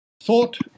thought